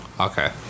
Okay